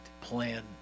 plan